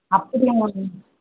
அப்படியா மேம்